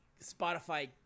Spotify